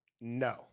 No